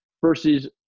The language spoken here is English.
versus